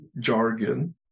jargon